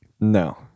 no